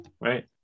right